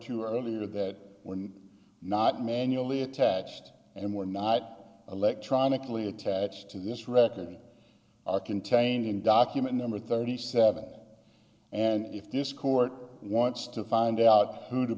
to earlier that when not manually attached and were not electronically attached to this record contained in document number thirty seven and if this court wants to find out who to